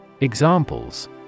Examples